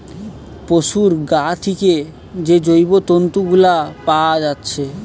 পোশুর গা থিকে যে জৈব তন্তু গুলা পাআ যাচ্ছে